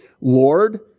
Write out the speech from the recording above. Lord